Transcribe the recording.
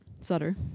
Sutter